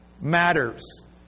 matters